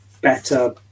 better